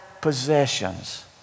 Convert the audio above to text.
possessions